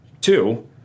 two